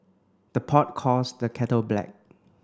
the pot calls the kettle black